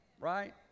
right